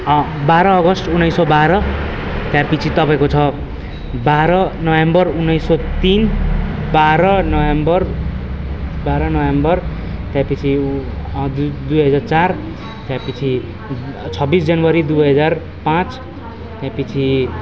बाह्र अगस्ट उन्नाइस सय बाह्र त्यसपछि तपाईँको छ बाह्र नोभेम्बर उन्नाइस सय तिन बाह्र नोभेम्बर बाह्र नोभेम्बर त्यसपछि दुई हजार चार त्यसपछि छब्बिस जनवरी दुइ हजार पाँच त्यसपछि